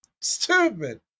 Stupid